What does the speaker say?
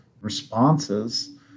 responses